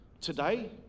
today